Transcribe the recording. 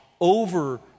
over